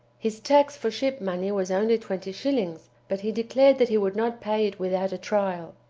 his tax for ship money was only twenty shillings, but he declared that he would not pay it without a trial.